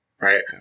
Right